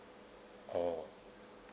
oh